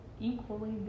equally